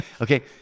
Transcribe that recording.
okay